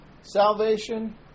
Salvation